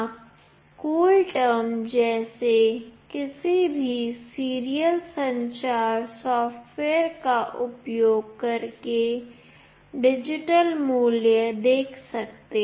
आप cool term जैसे किसी भी सीरियल संचार सॉफ्टवेयर का उपयोग करके डिजिटल मूल्य देख सकते हैं